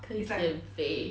可以减肥